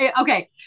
okay